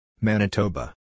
Manitoba